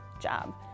job